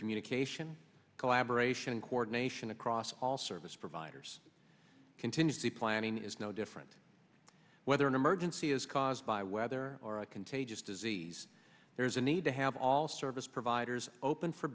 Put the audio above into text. communication collaboration and coordination across all service providers contingency planning is no different whether an emergency is caused by weather or a contagious disease there is a need to have all service providers open for